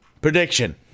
Prediction